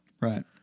Right